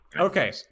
Okay